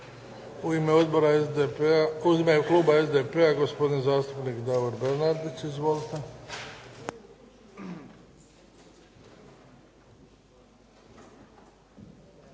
Luka (HDZ)** Hvala. U ime Kluba SDP-a gospodin zastupnik Davor Bernardić, izvolite.